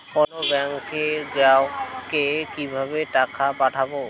অন্য ব্যাংকের গ্রাহককে কিভাবে টাকা পাঠাবো?